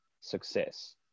success